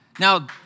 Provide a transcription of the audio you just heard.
Now